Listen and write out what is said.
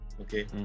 okay